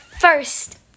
first